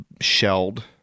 shelled